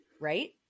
right